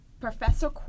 Professor